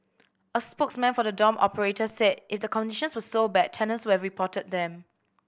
a spokesman for the dorm operator said if the conditions were so bad tenants would have reported them